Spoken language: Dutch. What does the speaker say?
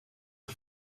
een